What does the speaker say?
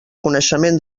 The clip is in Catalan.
coneixement